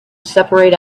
separate